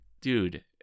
dude